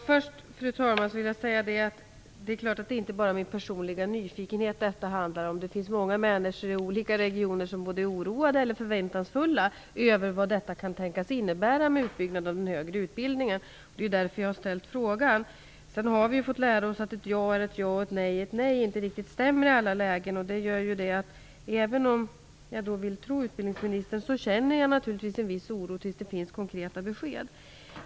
Fru talman! Jag vill först säga att det är klart att det inte bara är min personliga nyfikenhet som det handlar om. Det finns många människor i olika regioner som är oroade respektive förväntansfulla inför vad det kan tänkas innebära med utbyggnad av den högre utbildningen. Det är ju därför som jag har framställt interpellationen. Sedan har vi fått lära oss detta att ett ja är ett ja och att ett nej är ett nej inte stämmer i alla lägen. Även om jag vill tro utbildningsministern känner jag naturligtvis en viss oro tills det kommer konkreta besked.